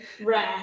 Rare